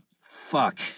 Fuck